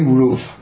roof